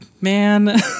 man